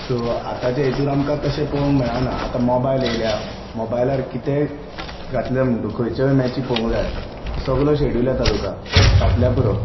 so आताचें हेतूर आमकां तशें पळोवंक मेळना आता मोबायल येल्या मोबायलार कितेंय घातलें म्हणटकूच खंयच्यो मॅची पळोवंक जाय तो सगलो शेड्यूल येता तुका घातल्यार पुरो